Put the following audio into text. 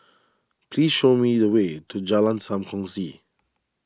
please show me the way to Jalan Sam Kongsi